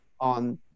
on